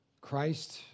Christ